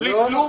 בלי כלום?